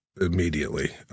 immediately